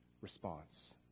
response